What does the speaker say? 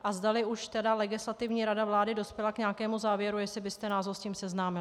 A zdali už Legislativní rada vlády dospěla k nějakému závěru, jestli byste nás s ním seznámil.